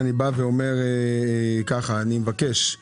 אנחנו